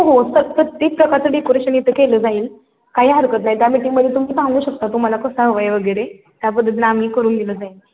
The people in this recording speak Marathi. हो हो स प्र प्रत्येक प्रकारचं डेकोरेशन इथं केलं जाईल काही हरकत नाही त्या मिटिंगमध्ये तुम्ही सांगू शकता तुम्हाला कसं हवं आहे वगैरे त्यापद्धतीनं आम्ही करून दिलं जाईल